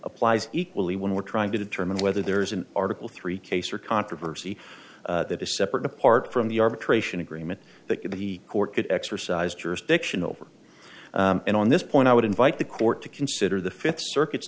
applies equally when we're trying to determine whether there is an article three case or controversy that is separate apart from the arbitration agreement that the court could exercise jurisdiction over and on this point i would invite the court to consider the fifth circuit